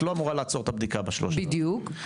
את לא אמורה לעצור את הבדיקה ב-3,000 --- בדיוק.